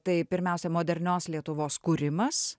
tai pirmiausia modernios lietuvos kūrimas